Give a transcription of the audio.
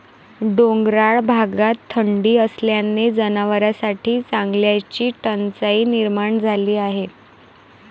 डोंगराळ भागात थंडी असल्याने जनावरांसाठी चाऱ्याची टंचाई निर्माण झाली आहे